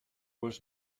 was